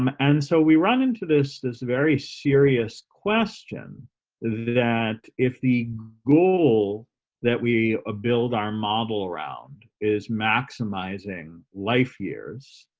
um and so we run into this this very serious question that if the goal that we ah build our model around is maximizing life years